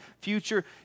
future